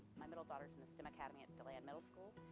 my middle daughter's in the stem academy at deland middle school,